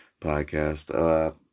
podcast